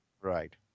Right